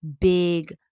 big